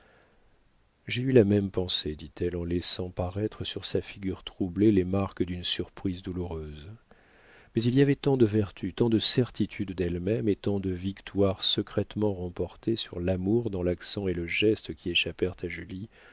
j'ai eu la même pensée dit-elle en laissant paraître sur sa figure troublée les marques d'une surprise douloureuse mais il y avait tant de vertu tant de certitude d'elle-même et tant de victoires secrètement remportées sur l'amour dans l'accent et le geste qui échappèrent à julie